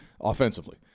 offensively